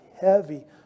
heavy